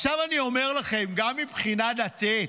עכשיו אני אומר לכם, גם מבחינה דתית,